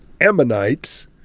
Ammonites